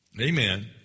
Amen